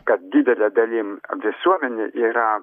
kad didele dalim visuomenė yra